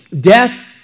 Death